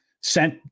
sent